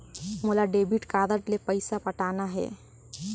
मोला debit card ले पइसा पटाना हे?